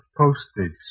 postage